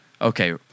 Okay